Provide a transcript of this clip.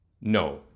No